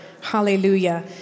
Hallelujah